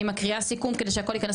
אני מקריאה סיכום כדי שהכול יכנס